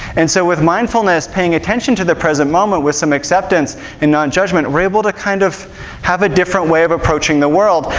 and so with mindfulness, paying attention to the present moment with some acceptance and non-judgment, we're able to kind of have a different way of approaching the world.